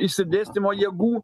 išsidėstymo jėgų